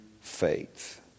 faith